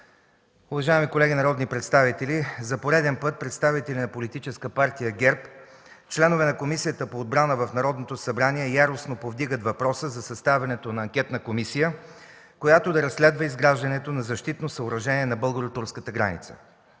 Уважаеми колеги народни представители, за пореден път представители на Политическа партия ГЕРБ – членове на Комисията по отбрана в Народното събрание, яростно повдигат въпроса за съставянето на анкетна комисия, която да разследва изграждането на защитно съоръжение на българо-турската граница.